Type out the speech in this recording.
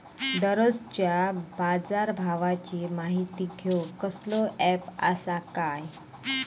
दररोजच्या बाजारभावाची माहिती घेऊक कसलो अँप आसा काय?